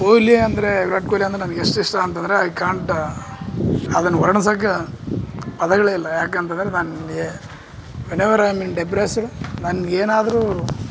ಕೊಹ್ಲಿ ಅಂದರೆ ವಿರಾಟ್ ಕೊಹ್ಲಿ ಅಂದ್ರೆ ನನಗೆ ಎಷ್ಟು ಇಷ್ಟ ಅಂತಂದರೆ ಐ ಕಾಂಟ್ ಅದನ್ನು ವರ್ಣಿಸಕ್ಕೆ ಪದಗಳೇ ಇಲ್ಲ ಯಾಕೆ ಅಂತಂದರೆ ನನಗೆ whenever I am in depressed ನನ್ಗೆ ಏನಾದರು